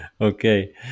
okay